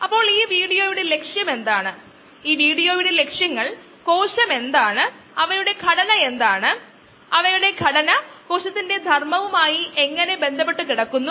അത്തരം വിശകലനത്തിലൂടെ ഒരാൾക്ക് ഉത്തരം നൽകാൻ കഴിയുന്ന സങ്കീർണ്ണമായ ഡിസൈൻ ചോദ്യങ്ങൾ ഉണ്ടായിരിക്കാം